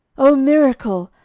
oh, miracle!